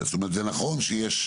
זה נכון שיש